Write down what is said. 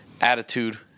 attitude